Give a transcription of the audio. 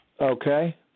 Okay